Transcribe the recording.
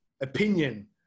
opinion